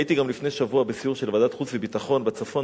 הייתי לפני שבוע בסיור של ועדת החוץ והביטחון בצפון,